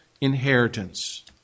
inheritance